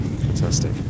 Fantastic